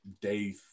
day